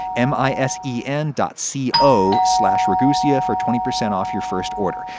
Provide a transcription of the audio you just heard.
m i s e n dot c o slash ragusea for twenty percent off your first order.